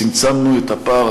צמצמנו את הפער.